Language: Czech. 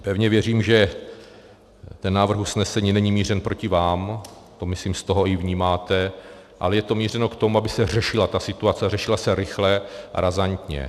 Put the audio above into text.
Pevně věřím, že návrh usnesení není mířen proti vám, to myslím z toho i vnímáte, ale je to mířeno k tomu, aby se řešila ta situace, a řešila se rychle a razantně.